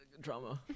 Drama